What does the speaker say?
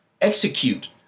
execute